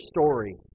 story